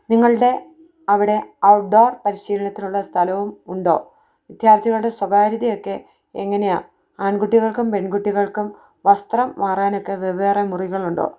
നിങ്ങളുടെയവിടെ outdoor പരിശീലനത്തിനുള്ള സ്ഥലവുമുണ്ടോ വിദ്യാർത്ഥികളുടെ സ്വകാര്യതയൊക്കെ എങ്ങനെയാണ് ആൺകുട്ടികൾക്കും പെൺകുട്ടികൾക്കും വസ്ത്രം മാറാനൊക്കെ വെവ്വേറെ മുറികളുണ്ടോ